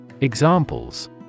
Examples